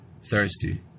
thirsty